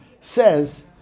says